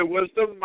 Wisdom